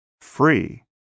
free